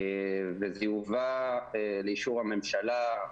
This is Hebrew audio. זה יובא לאישור הממשלה,